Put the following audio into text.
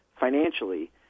financially